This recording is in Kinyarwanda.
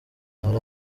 hari